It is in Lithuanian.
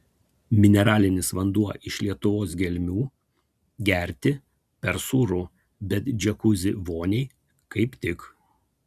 mineralinis vanduo iš lietuvos gelmių gerti per sūru bet džiakuzi voniai kaip tik